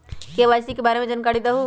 KYC के बारे में जानकारी दहु?